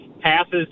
passes